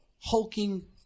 hulking